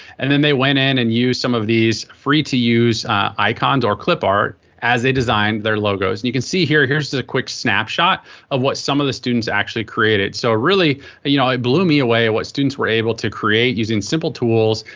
and then they went in and used some of these free-to-use icons or clip art as they designed their logos. you can see here, here's the quick snapshot of what some of the students actually created. so really you know it blew me away what students were able to create using simple tools,